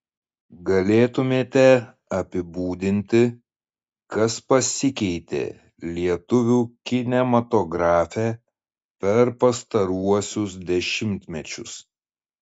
galėtumėte apibūdinti kas pasikeitė lietuvių kinematografe per pastaruosius dešimtmečius